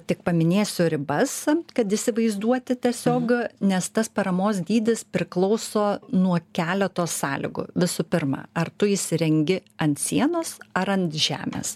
tik paminėsiu ribas kad įsivaizduoti tiesiog nes tas paramos dydis priklauso nuo keleto sąlygų visų pirma ar tu įsirengi ant sienos ar ant žemės